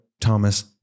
Thomas